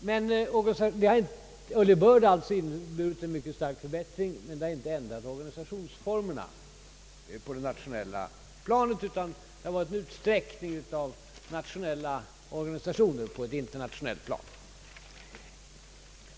Det har inneburit en mycket stark förbättring, men det har inte ändrat organisationsformerna på det nationella planet, utan det har varit en utsträckning av nationella organisationer på det internationella planet.